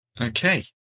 Okay